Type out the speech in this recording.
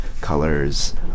colors